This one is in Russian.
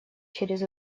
через